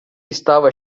estava